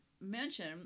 mention